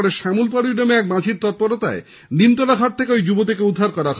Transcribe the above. পরে শ্যামল পাড়ই নামে এক মাঝির তৎপরতায় নিমতলা ঘাটে থেকে ওই যুবতীকে উদ্ধার করা হয়